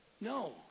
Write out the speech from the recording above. No